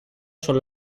son